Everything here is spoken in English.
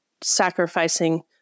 sacrificing